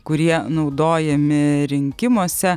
kurie naudojami rinkimuose